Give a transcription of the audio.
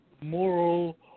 moral